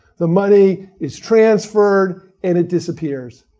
the money is transferred, and it disappears.